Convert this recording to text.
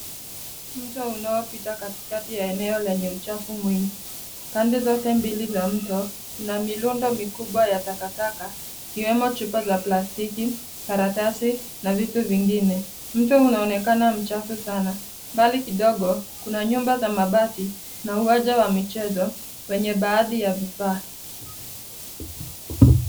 Mto unaopita katikati ya eneo lenye uchafu mwingi. Pande zote mbili za mto kuna mirundo ya takataka, ikiwemo chupa za plastiki, karatasi na vitu vingine. Mto unaonekana mchafu sana. Mbali kidogo, kuna nyumba za mabati na uwanja wa michezo wenye baadhi ya vifaa.